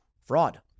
fraud